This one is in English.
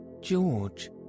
George